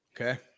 okay